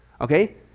okay